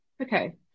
Okay